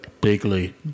Bigly